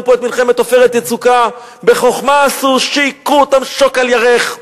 פה את מלחמת "עופרת יצוקה" בחוכמה עשו שהכו אותם שוק על ירך,